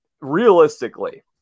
realistically